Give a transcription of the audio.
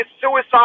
suicide